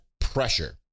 pressure